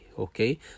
okay